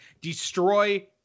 destroy